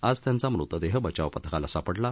आज त्यांचा मृतदेह बचाव पथकाला सापडला